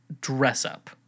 dress-up